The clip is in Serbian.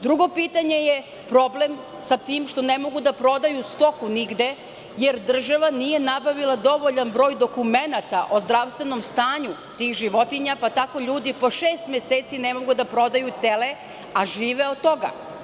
Drugo pitanje je problem sa tim što ne mogu da prodaju stoku nigde jer država nije nabavila dovoljan broj dokumenata o zdravstvenom stanju tih životinja pa tako ljudi po šest meseci ne mogu da prodaju tele, a žive od toga.